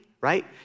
right